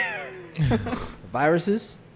Viruses